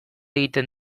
egiten